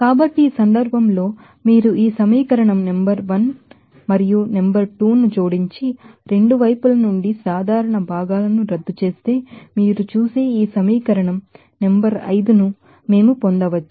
కాబట్టి ఈ సందర్భంలో మీరు ఈ సమీకరణం నంబర్ 1 మరియు 2 ను జోడించి రెండు వైపుల నుండి సాధారణ భాగాలను రద్దు చేస్తే మీరు చూసే ఈ సమీకరణం నంబర్ 5 ను మనము పొందవచ్చు